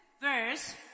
verse